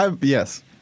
Yes